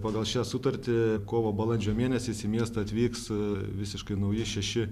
pagal šią sutartį kovo balandžio mėnesiais į miestą atvyks visiškai nauji šeši